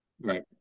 Right